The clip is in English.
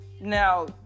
Now